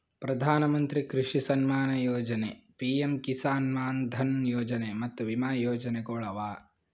ಪ್ರಧಾನ ಮಂತ್ರಿ ಕೃಷಿ ಸಮ್ಮಾನ ಯೊಜನೆ, ಪಿಎಂ ಕಿಸಾನ್ ಮಾನ್ ಧನ್ ಯೊಜನೆ ಮತ್ತ ವಿಮಾ ಯೋಜನೆಗೊಳ್ ಅವಾ